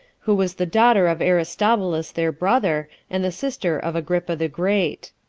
who was the daughter of aristobulus their brother, and the sister of agrippa the great.